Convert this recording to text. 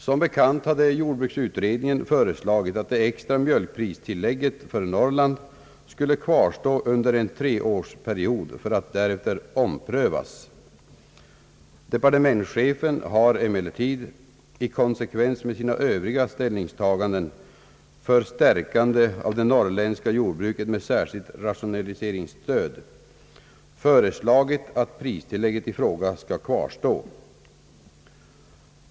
Som bekant hade jordbruksutredningen föreslagit att det extra mjölkpristillägget för Norrland skulle kvarstå under en treårsperiod för att därefter omprövas. Departementschefen har emellertid, i konsekvens med sina övriga ställningstaganden för stärkande av det norrländska jordbruket med särskilt rationaliseringsstöd, föreslagit att pristillägget i fråga skall kvarstå.